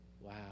Wow